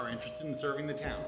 are interested in serving the town